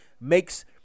makes